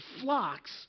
flocks